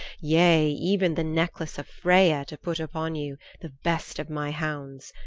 yea, even the necklace of freya to put upon you, the best of my hounds.